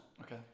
Okay